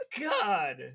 God